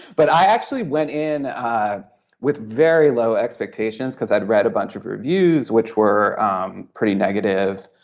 but i actually went in with very low expectations because i'd read a bunch of reviews which were um pretty negative.